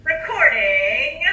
Recording